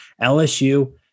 LSU